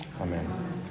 Amen